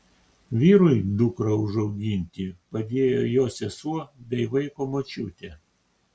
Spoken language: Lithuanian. vyrui dukrą užauginti padėjo jo sesuo bei vaiko močiutė